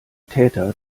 täter